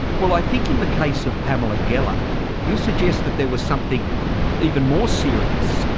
well i think in the case of pamela geller you suggest that there was something even more serious.